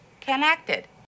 connected